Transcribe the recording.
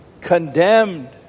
condemned